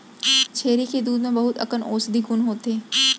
छेरी के दूद म बहुत अकन औसधी गुन होथे